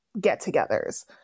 get-togethers